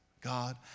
God